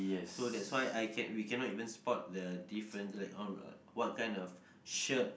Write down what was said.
so that's why I can we cannot even spot the difference like oh what kind of shirt